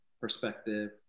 perspective